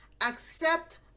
accept